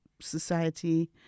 Society